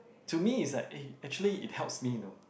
to me is like eh actually it helps me you know